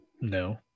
No